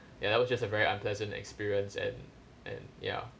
ya that was just a very unpleasant experience and and ya